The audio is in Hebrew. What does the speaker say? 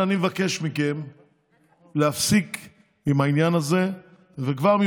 הערבוב הזה במושגים לא מעניין אותנו"; אבל השימוש